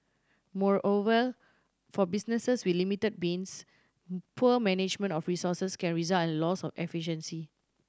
moreover for businesses with limited beans poor management of resources can result in loss of efficiency